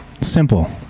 simple